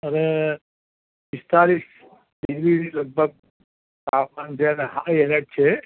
અરે પિસ્તાલીસ ડિગ્રીની લગભગ તાપમાન છે અને હાઈ એલેર્ટ છે